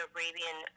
Arabian